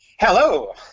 hello